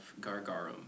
Gargarum